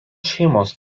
šeimos